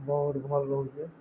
ବହୁମଲ ଲଉଚ